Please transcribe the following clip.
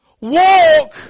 Walk